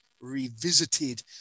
Revisited